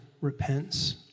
repents